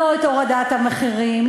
לא את הורדת המחירים,